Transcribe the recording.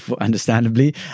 understandably